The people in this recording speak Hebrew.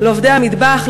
לעובדי המטבח,